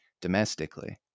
domestically